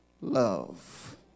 love